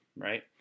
right